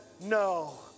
no